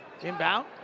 Inbound